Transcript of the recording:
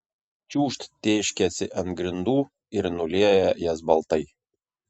čiūžt tėškiasi ant grindų ir nulieja jas baltai